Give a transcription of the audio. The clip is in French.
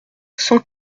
cent